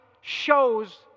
shows